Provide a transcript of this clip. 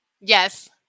yes